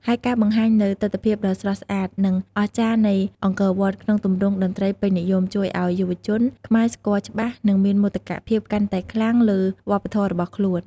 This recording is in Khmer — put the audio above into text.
ហើយការបង្ហាញនូវទិដ្ឋភាពដ៏ស្រស់ស្អាត និងអស្ចារ្យនៃអង្គរវត្តក្នុងទម្រង់តន្ត្រីពេញនិយម ជួយឲ្យយុវជនខ្មែរស្គាល់ច្បាស់ និងមានមោទកភាពកាន់តែខ្លាំងលើវប្បធម៌របស់ខ្លួន។